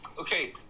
okay